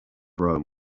rome